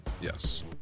Yes